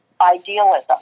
idealism